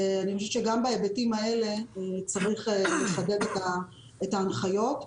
גם כאן צריך לחדד את ההנחיות.